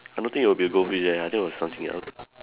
I don't think he will be goldfish eh I think will something else